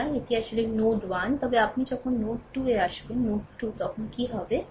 সুতরাং এটি আসলে এটি নোড 1 তবে আপনি যখন নোড 2 এ আসবেন নোড 2 তখন কী হবে